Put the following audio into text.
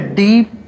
deep